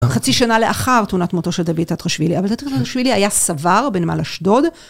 חצי שנה לאחר תאונת מותו של דוד טטרואשוילי, אבל טטרואשוילי היה סבר בנמל אשדוד.